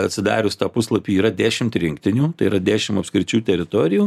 atsidarius tą puslapį yra dešimt rinktinių tai yra dešimt apskričių teritorijų